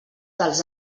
dels